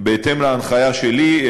בהתאם להנחיה שלי,